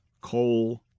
coal